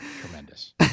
Tremendous